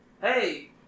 hey